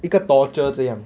一个 torture 这样